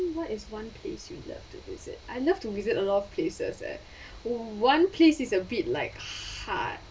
what is one place you love to visit I love to visit a lot of places leh one place is a bit like hard